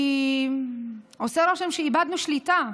כי עושה רושם שאיבדנו שליטה,